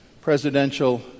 presidential